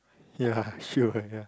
ya sure ya